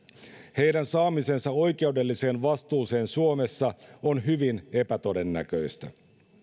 heidän saamisensa oikeudelliseen vastuuseen suomessa on hyvin epätodennäköistä